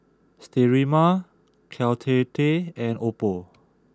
Sterimar Caltrate and Oppo